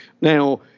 Now